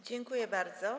Dziękuję bardzo.